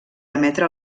emetre